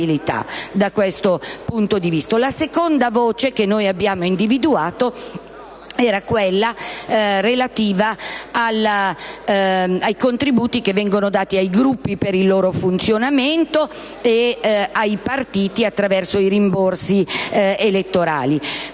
La seconda voce che abbiamo individuato è quella relativa ai contributi che vengono elargiti ai Gruppi per il loro funzionamento e ai partiti attraverso i rimborsi elettorali.